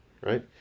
right